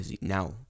now